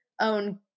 own